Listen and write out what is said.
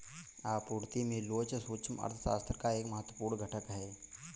आपूर्ति में लोच सूक्ष्म अर्थशास्त्र का एक महत्वपूर्ण घटक है